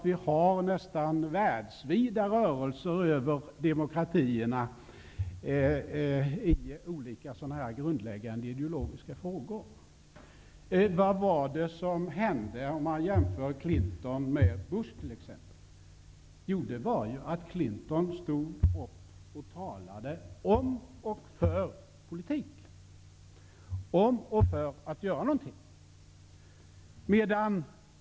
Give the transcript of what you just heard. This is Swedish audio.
Vi har nästan världsvida rörelser över demokratierna när det gäller olika grundläggande ideologiska frågor. Vad var det som hände i USA, med Clinton och Bush? Clinton stod upp och talade om och för politik, om och för att göra någonting.